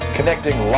Connecting